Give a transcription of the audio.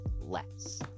less